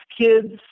kids